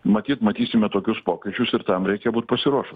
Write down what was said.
matyt matysime tokius pokyčius ir tam reikia būt pasiruošus